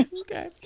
okay